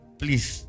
please